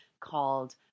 called